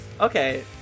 Okay